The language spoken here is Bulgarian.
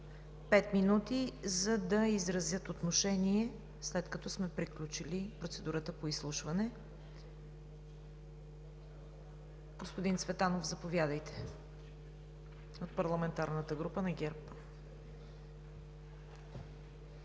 пет минути, за да изразят отношение, след като сме приключили процедурата по изслушването. Господин Цветанов – заповядайте, от парламентарната група на ГЕРБ.